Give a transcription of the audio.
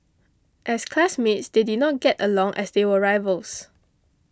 as classmates they did not get along as they were rivals